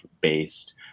based